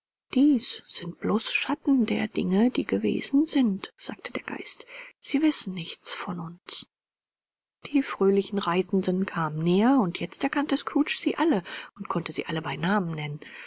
dies sind bloß schatten der dinge die gewesen sind sagte der geist sie wissen nichts von uns die fröhlichen reisenden kamen näher und jetzt erkannte scrooge sie alle und konnte sie alle bei namen nennen